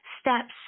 steps